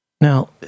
Now